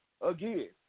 again